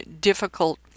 difficult